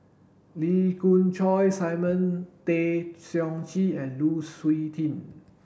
Lee Khoon Choy Simon Tay Seong Chee and Lu Suitin